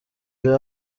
urebe